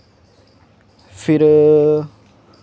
फिर